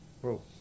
Bro